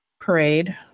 parade